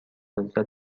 لذت